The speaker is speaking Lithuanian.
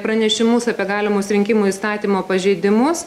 pranešimus apie galimus rinkimų įstatymo pažeidimus